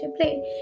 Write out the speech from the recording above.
play